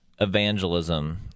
evangelism